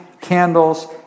candles